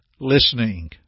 listening